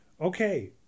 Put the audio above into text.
Okay